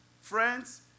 Friends